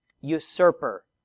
usurper